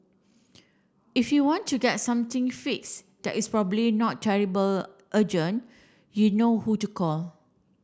if you want to get something fixed that is probably not terrible urgent you know who to call